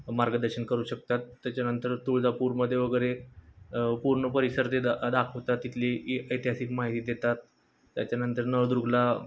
मार्गदर्शन करू शकतात त्याच्यानंतर तुळजापूरमध्ये वगैरे पूर्ण परिसर ते दा दाखवतात तिथली ए ऐतिहासिक माहिती देतात त्याच्यानंतर नवदुर्गला